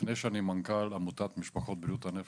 לפני שאני מנכ"ל עמותת משפחות בריאות הנפש,